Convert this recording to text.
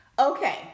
Okay